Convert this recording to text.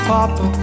Papa